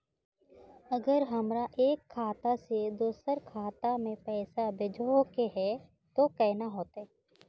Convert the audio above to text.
अगर हमरा एक खाता से दोसर खाता में पैसा भेजोहो के है तो केना होते है?